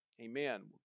Amen